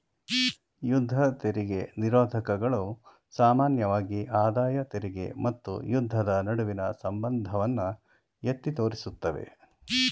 ಯುದ್ಧ ತೆರಿಗೆ ನಿರೋಧಕಗಳು ಸಾಮಾನ್ಯವಾಗಿ ಆದಾಯ ತೆರಿಗೆ ಮತ್ತು ಯುದ್ಧದ ನಡುವಿನ ಸಂಬಂಧವನ್ನ ಎತ್ತಿ ತೋರಿಸುತ್ತವೆ